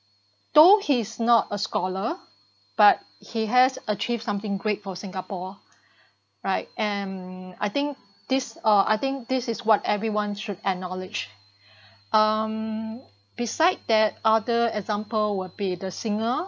though he's not a scholar but he has achieved something great for singapore right and I think this uh I think this is what everyone should acknowledge um beside that other example would be the singer